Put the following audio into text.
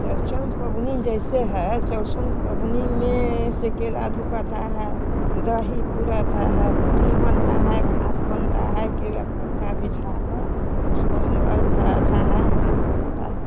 संत्संग पवनी जइसे है जोसन पवनी में से केला धुकाता है दही पूराता है पूड़ी बनता है भात बनता है केला का पत्ता बिछा कर उस पर माड़ भरता है हाथ उठाता है